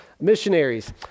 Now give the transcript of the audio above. missionaries